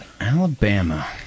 Alabama